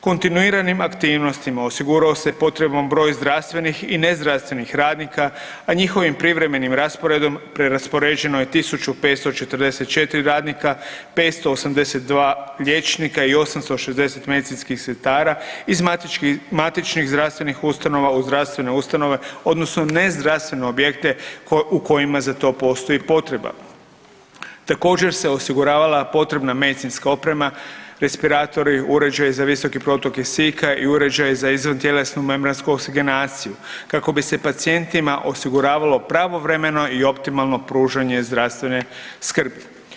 Kontinuiranim aktivnostima osigurao se potreban broj zdravstvenih i nezdravstvenih radnika a njihovim privremenom rasporedom, preraspoređeno je 1544 radnika, 582 liječnika i 860 medicinskih sestara iz matičnih zdravstvenih ustanove u zdravstvene ustanove odnosno u nezdravstvene objekte u kojima za to postoji potreba. također se osiguravala potrebna medicinska oprema, respiratori, uređaji za visoku protok kisika i uređaj za izvantjelesnu membransku oksigenaciju kako bi pacijentima osiguravalo pravovremeno i optimalno pružanje zdravstvene skrbi.